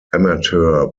amateur